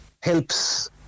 helps